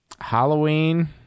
Halloween